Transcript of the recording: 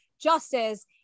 justice